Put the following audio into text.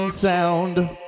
sound